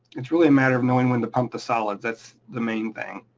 it's really a matter of knowing when to pump the solids. that's the main thing.